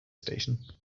station